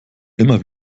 immer